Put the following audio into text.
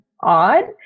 odd